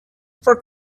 for